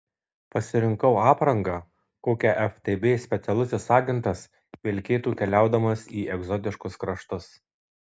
pasirinkau aprangą kokią ftb specialusis agentas vilkėtų keliaudamas į egzotiškus kraštus